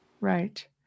right